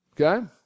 Okay